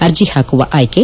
ಅರ್ಜಿ ಪಾಕುವ ಆಯ್ಕೆ